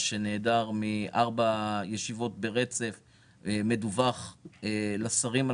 שנעדר מארבע ישיבות רצופות מדווחים עליו לשרים,